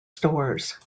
stores